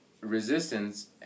resistance